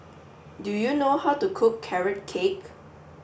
do you know how to cook Carrot Cake